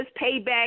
payback